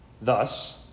Thus